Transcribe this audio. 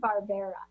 Barbera